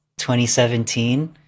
2017